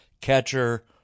catcher